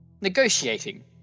negotiating